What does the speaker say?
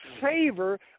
favor